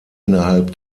innerhalb